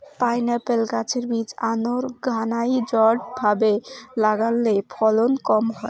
pineapple গাছের বীজ unorganised ভাবে লাগালে ফলন কম হয়